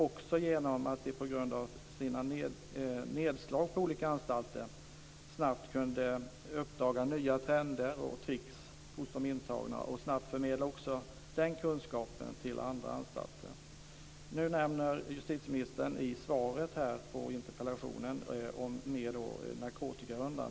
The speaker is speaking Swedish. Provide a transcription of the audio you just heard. På grund av sina nedslag på olika anstalter kunde de också snabbt uppdaga nya trender och trick hos de intagna och snabbt förmedla även den kunskapen till andra anstalter. Nu nämner justitieministern narkotikahundar i svaret på interpellationen.